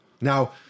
now